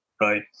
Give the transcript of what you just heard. right